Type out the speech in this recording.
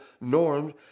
norms